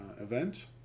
event